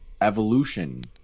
Evolution